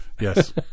yes